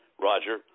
Roger